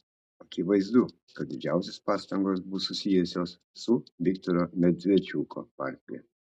akivaizdu kad didžiausios pastangos bus susijusios su viktoro medvedčiuko partija